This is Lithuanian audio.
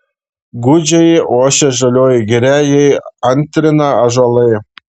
gūdžiai ošia žalioji giria jai antrina ąžuolai